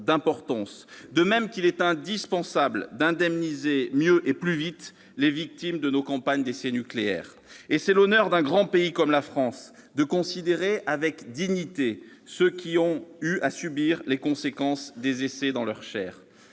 d'importance, de même qu'il est indispensable d'indemniser mieux et plus vite les victimes de nos campagnes d'essais nucléaires ; et c'est l'honneur d'un grand pays comme la France de considérer avec dignité ceux qui ont eu à subir les conséquences des essais dans leur chair.